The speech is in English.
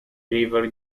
river